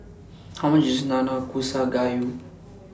How much IS Nanakusa Gayu